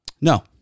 No